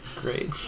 Great